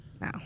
no